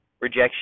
Rejection